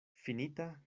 finita